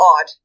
odd